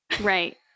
Right